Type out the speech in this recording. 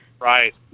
Right